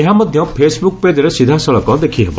ଏହା ମଧ୍ୟ ଫେସ୍ବୁକ୍ ପେଜ୍ରେ ସିଧାସଳଖ ଦେଖିହେବ